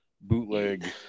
bootleg